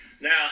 Now